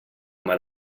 mar